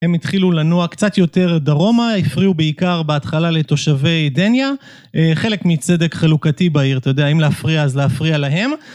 הם התחילו לנוע קצת יותר דרומה, הפריעו בעיקר בהתחלה לתושבי דניה, חלק מצדק חלוקתי בעיר, אתה יודע, אם להפריע אז להפריע להם.